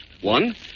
One